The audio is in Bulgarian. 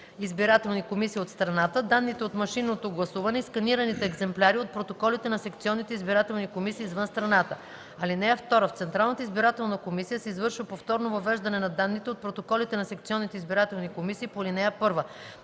избирателни комисии от страната, данните от машинното гласуване и сканираните екземпляри от протоколите на секционните избирателни комисии извън страната. (2) В Централната избирателна комисия се извършва повторно въвеждане на данните от протоколите на секционните избирателни комисии по ал. 1.